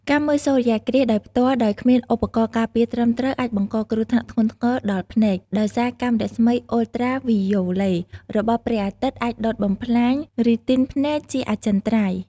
ការមើលសូរ្យគ្រាសដោយផ្ទាល់ដោយគ្មានឧបករណ៍ការពារត្រឹមត្រូវ អាចបង្កគ្រោះថ្នាក់ធ្ងន់ធ្ងរដល់ភ្នែក ដោយសារកាំរស្មីអ៊ុលត្រាវីយ៉ូឡេ របស់ព្រះអាទិត្យអាចដុតបំផ្លាញរីទីនភ្នែកជាអចិន្ត្រៃយ៍ ។